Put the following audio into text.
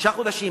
שישה חודשים,